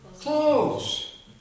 close